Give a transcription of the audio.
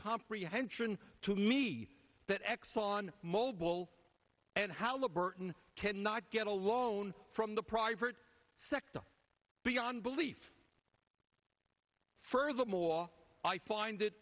comprehension to me that exxon mobil and how the burton cannot get a loan from the private sector beyond belief furthermore i find